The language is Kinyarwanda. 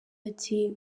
ati